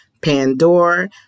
Pandora